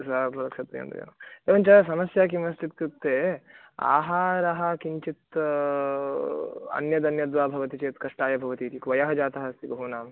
सापि सत्यं दय एवञ्च समस्या किमस्ति इत्युक्ते आहारः किञ्चित् अन्यदन्यद्वा भवति चेत् कष्टाय भवतीति वयः जातः अस्ति बहूनाम्